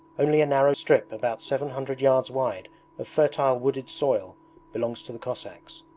only a narrow strip about seven hundred yards wide of fertile wooded soil belongs to the cossacks.